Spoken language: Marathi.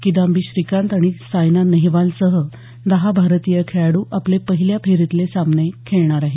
किदांबी श्रीकांत आणि सायना नेहवालसह दहा भारतीय खेळाडू आपले पहिल्या फेरीतले सामने खेळणार आहेत